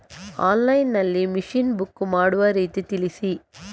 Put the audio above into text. Online ನಲ್ಲಿ machine book ಮಾಡುವ ರೀತಿ ತಿಳಿಸಿ?